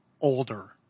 older